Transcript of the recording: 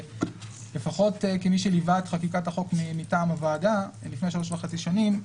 שלפחות כמי שליווה את חקיקת החוק מטעם הוועדה לפני שלוש וחצי שנים,